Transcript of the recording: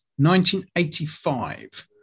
1985